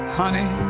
honey